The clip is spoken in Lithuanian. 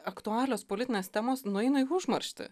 aktualios politinės temos nueina į užmarštį